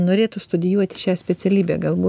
norėtų studijuot šią specialybę galbūt